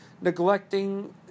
neglecting